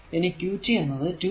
ഇനി qt എന്നത് 2 ആണേൽ